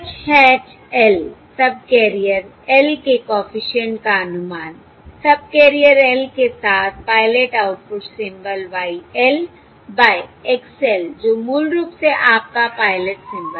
H hat l subcarrier l के coefficient का अनुमान सबकैरियर l के साथ pilot output symbol Y l by X l जो मूल रूप से आपका पायलट सिंबल है